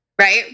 Right